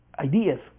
Ideas